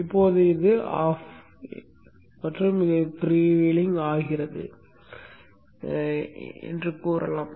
இப்போது இது முடக்கப்பட்டது மற்றும் இது ஃப்ரீவீலிங் ஆகிறது என்று சொல்லலாம்